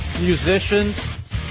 musicians